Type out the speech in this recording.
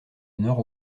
nord